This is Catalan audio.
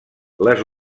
les